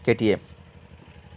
KTM